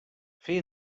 fer